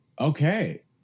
Okay